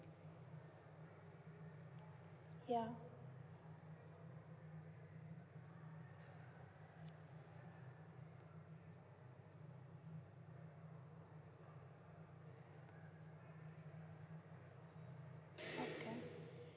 ya okay